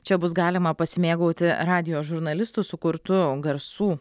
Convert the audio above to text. čia bus galima pasimėgauti radijo žurnalistų sukurtu garsų